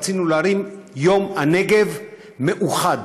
רצינו להרים יום הנגב מאוחד.